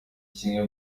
kimwe